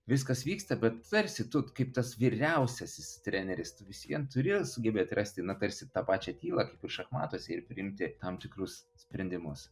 viskas vyksta bet tarsi tu kaip tas vyriausiasis treneris tu vis vien turi sugebėt rasti na tarsi tą pačią tylą kaip ir šachmatuose ir priimti tam tikrus sprendimus